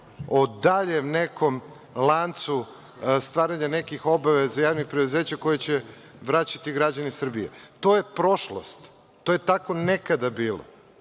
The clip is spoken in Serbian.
o daljem nekom lancu stvaranja nekih obaveza javnih preduzeća koje će vraćati građani Srbije. To je prošlost. To je tako nekada bilo.